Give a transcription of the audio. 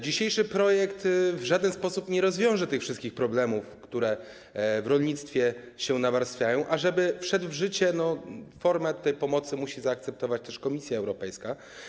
Dzisiejszy projekt w żaden sposób nie rozwiąże tych wszystkich problemów, które w rolnictwie się nawarstwiają, a żeby wszedł w życie, formę pomocy musi zaakceptować też Komisja Europejska.